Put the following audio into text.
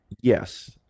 yes